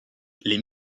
les